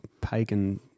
Pagan